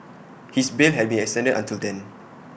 his bail has been extended until then